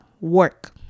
work